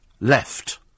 left